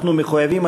אנחנו מחויבים,